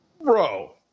Bro